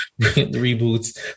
reboots